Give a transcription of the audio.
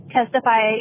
testify